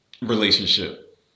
relationship